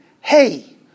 hey